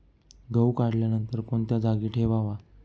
गहू काढल्यानंतर कोणत्या जागी ठेवावा?